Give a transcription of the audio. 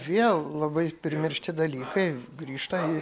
vėl labai primiršti dalykai grįžta į